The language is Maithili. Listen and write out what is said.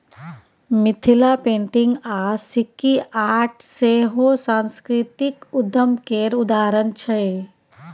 मिथिला पेंटिंग आ सिक्की आर्ट सेहो सास्कृतिक उद्यम केर उदाहरण छै